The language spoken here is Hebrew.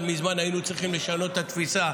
מזמן מזמן היינו צריכים לשנות את התפיסה.